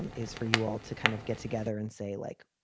and is for you all to kind of get together and say, like,